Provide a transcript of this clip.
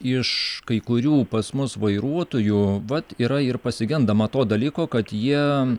iš kai kurių pas mus vairuotojų vat yra ir pasigendama to dalyko kad jie